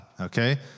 okay